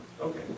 Okay